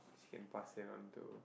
can pass it around to